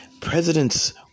presidents